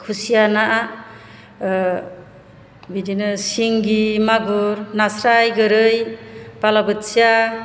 खुसिया ना बिदिनो सिंगि मागुर नास्राय गोरि बालाबोथिया